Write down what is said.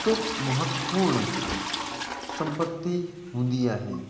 हिकु महत्वपूर्ण संपत्ति हूंदी आहे